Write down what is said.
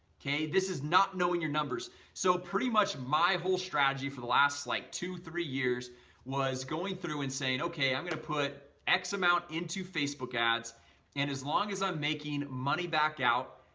okay. this is not knowing your numbers so pretty much my whole strategy for the last like two three years was going through and saying, okay i'm gonna put x amount into facebook ads and as long as i'm making money back out,